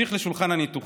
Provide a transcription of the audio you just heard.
נמשיך לשולחן הניתוחים: